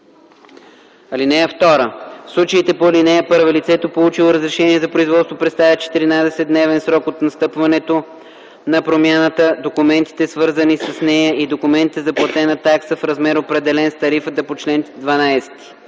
(2) В случаите по ал. 1 лицето получило разрешение за производство, представя в 14-дневен срок от настъпването на промяната документите, свързани с нея и документ за платена такса в размер, определен с тарифата по чл. 12.